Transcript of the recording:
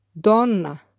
donna